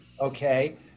okay